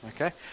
Okay